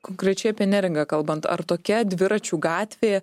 konkrečiai apie neringą kalbant ar tokia dviračių gatvė